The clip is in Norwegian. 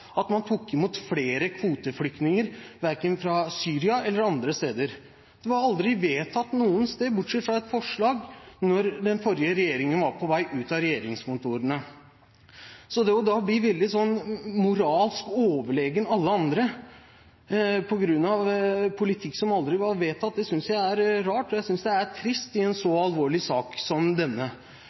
at man tok imot flere kvoteflyktninger – verken fra Syria eller fra andre steder. Det var aldri vedtatt noe sted, bortsatt fra i et forslag da den forrige regjeringen var på vei ut av regjeringskontorene. Så det å bli veldig moralsk overlegen alle andre på grunn av politikk som aldri var vedtatt, det synes jeg er rart, og det synes jeg er trist i en så alvorlig sak som denne.